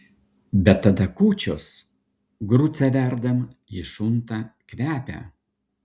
bet tada kūčios grucę verdam ji šunta kvepia